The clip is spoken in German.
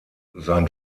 sein